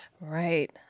Right